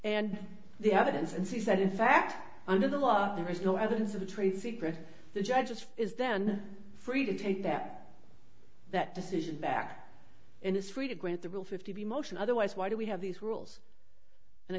and the evidence and says that in fact under the law there is no evidence of a trade secret the judge is then free to take that that decision back and is free to grant the rule fifty motion otherwise why do we have these rules and i